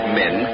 men